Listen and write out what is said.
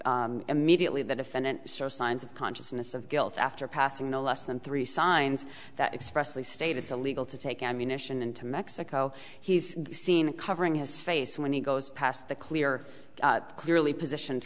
that immediately the defendant store signs of consciousness of guilt after passing no less than three signs that expressly state it's a legal to take ammunition into mexico he's seen covering his face when he goes past the clear clearly position